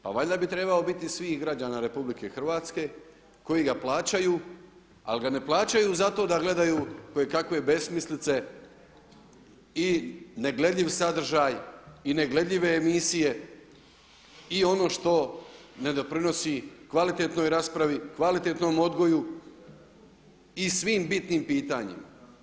Pa valjda bi trebao biti svih građana RH koji ga plaćaju, ali ga ne plaćaju zato da gledaju kojekakve besmislice i negledljiv sadržaj i negledljive emisije i ono što ne doprinosi kvalitetnoj raspravi, kvalitetnom odgoju i svim bitnim pitanjima.